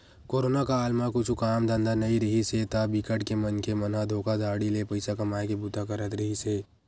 corona काल म कुछु काम धंधा नइ रिहिस हे ता बिकट के मनखे मन ह धोखाघड़ी ले पइसा कमाए के बूता करत रिहिस हे